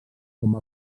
com